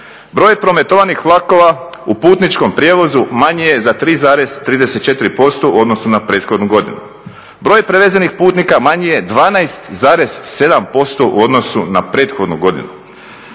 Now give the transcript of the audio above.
Broj prometovanih vlakova u putničkom prijevozu manji je za 3,34% u odnosu na prethodnu godinu, broj prevezenih putnika manji je 12,7% u odnosu na prethodnu godinu,